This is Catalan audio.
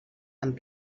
amb